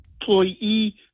employee